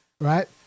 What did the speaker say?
right